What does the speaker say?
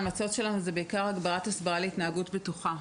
ההמלצות שלנו הן בעיקר הגברת ההסברה על התנהגות בטוחה.